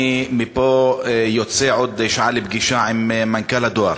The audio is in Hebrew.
אני מפה יוצא עוד שעה לפגישה עם מנכ"ל הדואר,